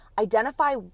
identify